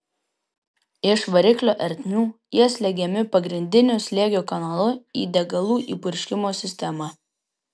iš variklio ertmių jie slegiami pagrindiniu slėgio kanalu į degalų įpurškimo sistemą